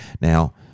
Now